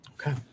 Okay